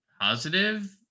positive